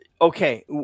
okay